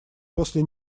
после